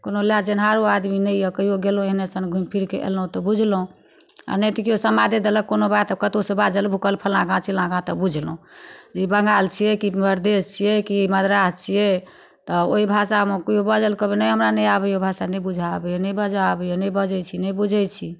कोनोलए जेनहारो आदमी नहि अइ कहिओ गेलहुँ एहनेसन घुमि फिरिकऽ अएलहुँ तऽ बुझलहुँ आओर नहि तऽ केओ समादे देलक कोनो बात कतहुसँ बाजल भुकल फल्लाँ गाम चिल्लाँ गाम तऽ बुझलहुँ जे ई बङ्गाल छिए कि मध्य प्रदेश छिए कि मद्रास छिए तऽ ओहि भाषामे केओ बाजल कहबै नहि हमरा नहि आबैए ओ भाषा नहि बुझऽ आबैए नहि बाजऽ आबैए नहि बजै छी नहि बुझै छी